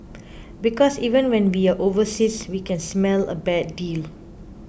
because even when we are overseas we can smell a bad deal